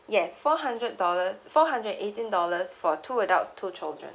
yes four hundred dollars four hundred and eighteen dollars for two adults two children